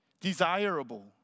desirable